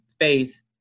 faith